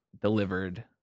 delivered